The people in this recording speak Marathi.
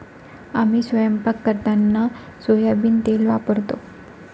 आम्ही स्वयंपाक करताना सोयाबीन तेल वापरतो